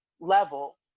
level